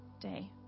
day